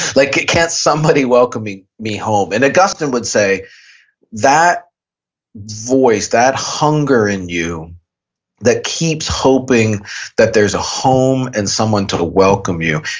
like it can't somebody welcoming me home. and augustine would say that voice, that hunger in you that keeps hoping that there's a home and someone to welcome you,